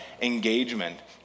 engagement